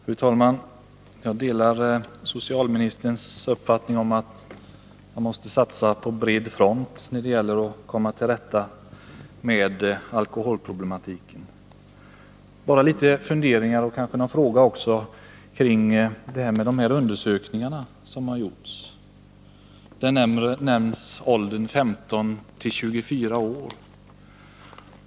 Fru talman! Jag delar socialministerns uppfattning att man måste satsa på bred front när det gäller att komma till rätta med alkoholproblemen. Jag har bara litet funderingar och kanske någon fråga att ställa kring de undersökningar som gjorts. Där nämns åldern 15-24 år.